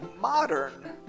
modern